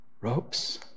Ropes